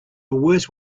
worse